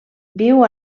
viu